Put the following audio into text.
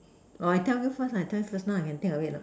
or I tell you first lah I tell you first now I can think of it or not